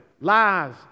lies